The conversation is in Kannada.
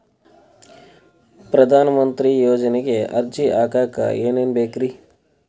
ಪ್ರಧಾನಮಂತ್ರಿ ಯೋಜನೆಗೆ ಅರ್ಜಿ ಹಾಕಕ್ ಏನೇನ್ ಬೇಕ್ರಿ?